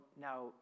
now